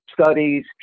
studies